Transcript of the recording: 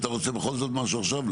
אתה רוצה בכל זאת משהו עכשיו?